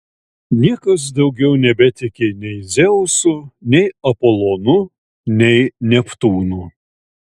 niekas daugiau nebetiki nei dzeusu nei apolonu nei neptūnu